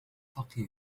فقير